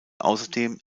außerdem